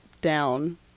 down